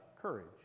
courage